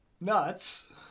nuts